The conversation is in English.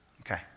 Okay